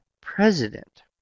president